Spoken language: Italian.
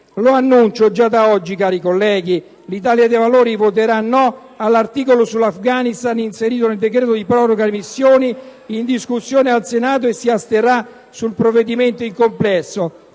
Lo annuncio già da oggi, cari colleghi: l'Italia dei Valori voterà no all'articolo sull'Afghanistan inserito nel decreto di proroga delle missioni in discussione al Senato, e si asterrà sul provvedimento nel complesso.